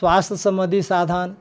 स्वास्थ्य सम्बन्धी साधन